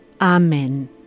Amen